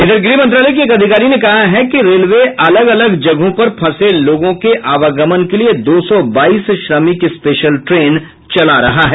इधर गृह मंत्रालय की एक अधिकारी ने कहा है कि रेलवे अलग अलग जगहों पर फंसे लोगों के आवागमन के लिए दो सौ बाईस श्रमिक स्पेशल ट्रेन चला रहा है